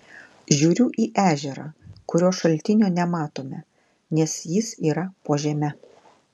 žiūriu į ežerą kurio šaltinio nematome nes jis yra po žeme